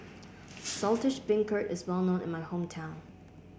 Saltish Beancurd is well known in my hometown